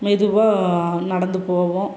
மெதுவாக நடந்து போவோம்